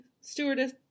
stewardess